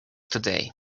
today